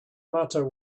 matter